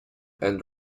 and